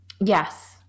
yes